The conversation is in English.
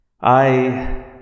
I